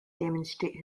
demonstrate